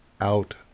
out